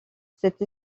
cette